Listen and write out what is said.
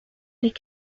les